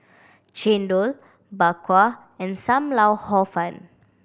chendol Bak Kwa and Sam Lau Hor Fun